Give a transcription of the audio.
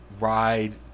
ride